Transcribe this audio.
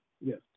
Yes